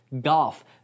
golf